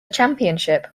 championship